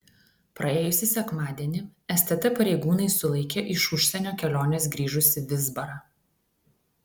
praėjusį sekmadienį stt pareigūnai sulaikė iš užsienio kelionės grįžusį vizbarą